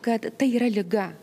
kad tai yra liga